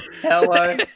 Hello